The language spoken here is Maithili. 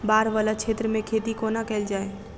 बाढ़ वला क्षेत्र मे खेती कोना कैल जाय?